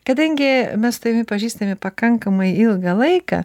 kadangi mes su tavimi pažįstami pakankamai ilgą laiką